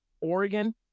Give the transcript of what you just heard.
Oregon